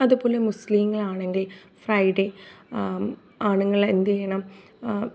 അതുപോലെ മുസ്ലിങ്ങൾ ആണെങ്കിൽ ഫ്രൈഡേ ആണുങ്ങൾ എന്ത് ചെയ്യണം